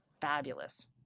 fabulous